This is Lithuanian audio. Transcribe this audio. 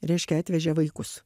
reiškia atvežė vaikus